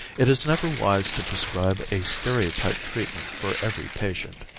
it is never wise to prescribe a stereotyped treatment for every patient.